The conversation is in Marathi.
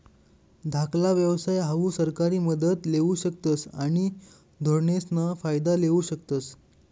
धाकला व्यवसाय हाऊ सरकारी मदत लेवू शकतस आणि धोरणेसना फायदा लेवू शकतस